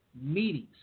meetings